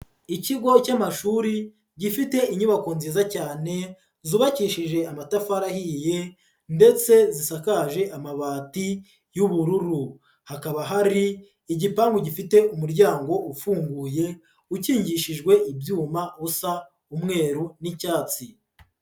Ikigo cy'amashuri, gifite inyubako nziza cyane, zubakishije amatafari ahiye ndetse zisakaje amabati y'ubururu. Hakaba hari igipangu gifite umuryango ufunguye, ukingishijwe ibyuma, usa umweru n'icyatsi.